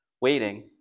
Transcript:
waiting